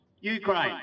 Ukraine